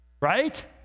Right